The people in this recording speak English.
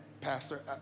pastor